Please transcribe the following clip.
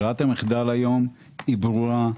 ברירת המחדל היום היא ברורה.